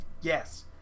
Yes